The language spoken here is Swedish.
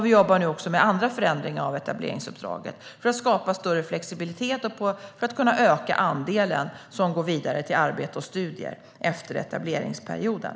Vi jobbar nu också med andra förändringar av etableringsuppdraget för att skapa större flexibilitet och för att kunna öka andelen som går vidare till arbete och studier efter etableringsperioden.